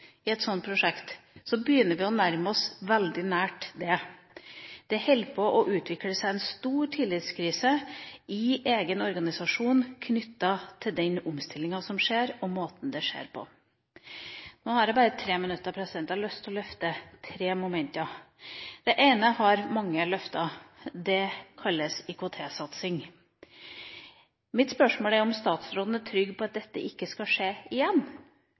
et slikt prosjekt, begynner vi å nærme oss det veldig. Det holder på å utvikle seg en stor tillitskrise i egen organisasjon knyttet til den omstillinga som skjer, og måten det skjer på. Jeg har bare 3 minutter igjen. Jeg har lyst til å løfte tre momenter. Det ene har mange løftet. Det kalles IKT-satsing. Mitt spørsmål er om statsråden er trygg på at den blunderen man gikk på med såkalt klinisk flate prosjekter, ikke skal skje igjen.